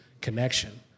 connection